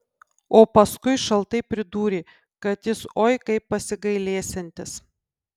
o paskui šaltai pridūrė kad jis oi kaip pasigailėsiantis